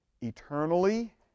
eternally